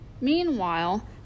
Meanwhile